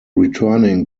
returning